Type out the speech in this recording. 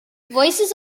voices